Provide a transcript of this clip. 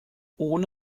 ohne